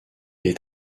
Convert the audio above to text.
est